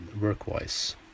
work-wise